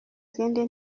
zindi